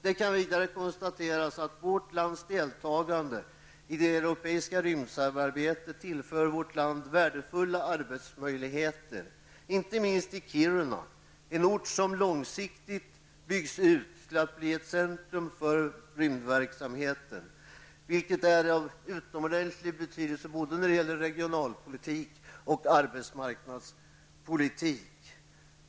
Det kan vidare konstateras att vårt lands deltagande i det europeiska rymdsamarbetet tillför vår land värdefulla arbetsmöjligheter inte minst i Kiruna, en ort som långsiktigt byggs ut till att bli ett centrum för rymdverksamheten, vilket är av utomordentlig betydelse både när det gäller regionalpolitik och arbetsmarknadspolitik.